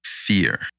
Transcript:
fear